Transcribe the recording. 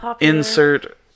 insert